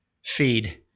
feed